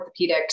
orthopedics